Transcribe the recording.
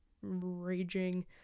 raging